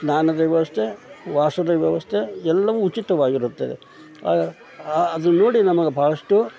ಸ್ನಾನದ ವ್ಯವಸ್ಥೆ ವಾಸದ ವ್ಯವಸ್ಥೆ ಎಲ್ಲವೂ ಉಚಿತವಾಗಿರುತ್ತೆ ಅದನ್ನು ನೋಡಿ ನಮಗೆ ಭಾಳಷ್ಟು